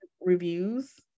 reviews